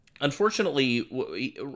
Unfortunately